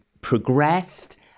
progressed